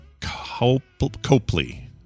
Copley